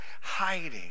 hiding